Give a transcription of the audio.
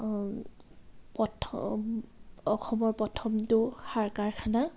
পথ অসমৰ প্ৰথমটো সাৰ কাৰখানা